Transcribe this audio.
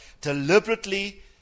deliberately